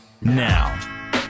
now